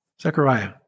Zechariah